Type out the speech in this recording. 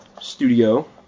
studio